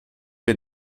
wir